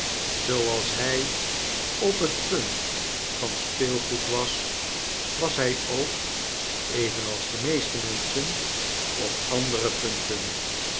zooals hij op het punt van speelgoed was was hij ook evenals de meeste menschen op andere punten